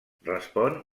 respon